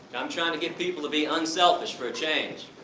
i'm trying to get people to be unselfish, for a change.